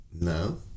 No